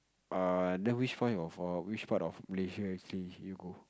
err then which point of err which part of Malaysia actually you go